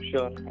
Sure